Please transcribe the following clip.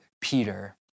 Peter